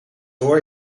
door